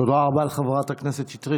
תודה רבה לחברת הכנסת שטרית.